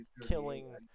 killing